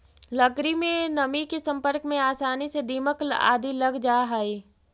लकड़ी में नमी के सम्पर्क में आसानी से दीमक आदि लग जा हइ